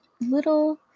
little